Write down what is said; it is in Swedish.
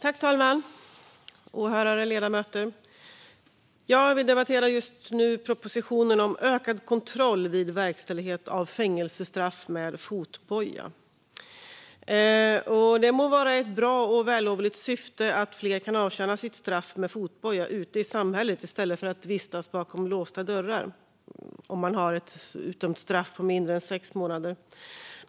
Fru talman! Åhörare och ledamöter! Vi debatterar just nu propositionen om ökad kontroll vid verkställighet av fängelsestraff med fotboja. Det må vara ett bra och vällovligt syfte att fler ska kunna avtjäna sitt straff med fotboja ute i samhället i stället för att vistas bakom låsta dörrar om det utdömda straffet är på mindre än sex månader.